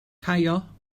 caio